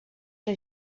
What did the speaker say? que